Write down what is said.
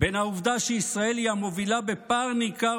בין העובדה שישראל היא המובילה בפער ניכר